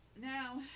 now